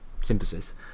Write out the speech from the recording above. synthesis